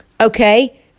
Okay